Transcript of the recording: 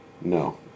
No